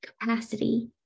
capacity